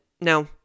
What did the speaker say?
No